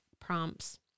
prompts